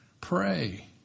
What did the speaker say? pray